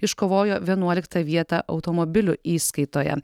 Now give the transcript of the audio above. iškovojo vienuoliktą vietą automobilių įskaitoje